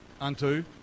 unto